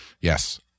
Yes